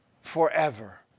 forever